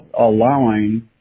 allowing